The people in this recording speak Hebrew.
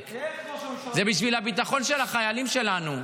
זה בשביל הביטחון של החיילים שלנו.